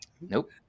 Nope